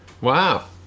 wow